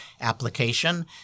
application